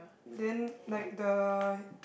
then like the